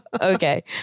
Okay